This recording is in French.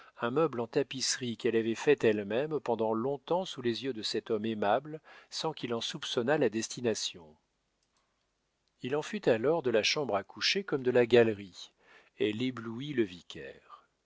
un meuble en tapisserie qu'elle avait faite elle-même pendant long-temps sous les yeux de cet homme aimable sans qu'il en soupçonnât la destination il en fut alors de la chambre à coucher comme de la galerie elle éblouit le vicaire